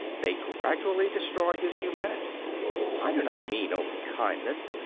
they gradually destroy his humanity i do not mean only kindness,